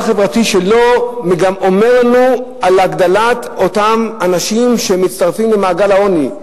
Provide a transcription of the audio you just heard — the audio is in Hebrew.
חברתי שלא מספר לנו על הגידול במספר אותם אנשים שמצטרפים למעגל העוני,